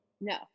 No